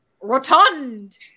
Rotund